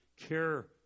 care